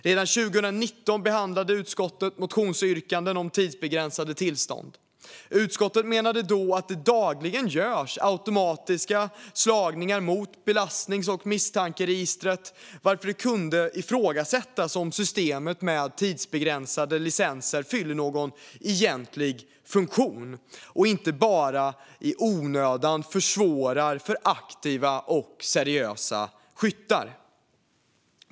Redan 2019 behandlade utskottet motionsyrkanden om tidsbegränsade tillstånd, och utskottet menade då att det dagligen görs automatiska slagningar i belastnings och misstankeregister, varför det kunde ifrågasättas om systemet med tidsbegränsade licenser fyllde någon egentlig funktion utöver att i onödan försvåra för aktiva och seriösa skyttar.